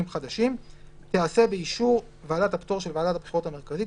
חדשים תיעשה באישור ועדת הפטור של ועדת הבחירות המרכזית,